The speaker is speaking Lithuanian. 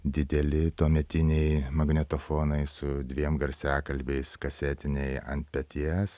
dideli tuometiniai magnetofonai su dviem garsiakalbiais kasetiniai ant peties